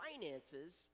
finances